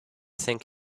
think